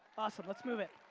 awesome, let's move it.